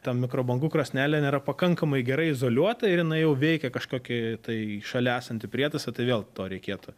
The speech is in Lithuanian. ta mikrobangų krosnelė nėra pakankamai gerai izoliuota ir jinai jau veikia kažkokį tai šalia esantį prietaisą tai vėl to reikėtų